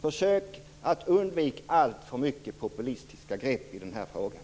Försök att undvika alltför många populistiska grepp i den här frågan!